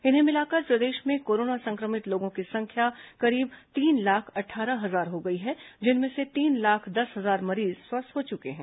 इन्हें मिलाकर प्रदेश में कोरोना संक्रमित लोगों की संख्या करीब तीन लाख अट्ठारह हजार हो गई है जिनमें से तीन लाख दस हजार मरीज स्वस्थ हो चुके हैं